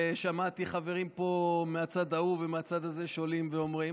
ושמעתי חברים פה מהצד ההוא ומהצד הזה שעולים ואומרים,